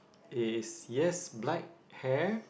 is yes black hair